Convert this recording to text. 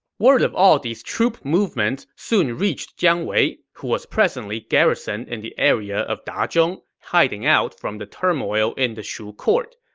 word of all these troop movements soon reached jiang wei, who was presently garrisoned in the area of dazhong, hiding from the turmoil in the shu court.